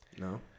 No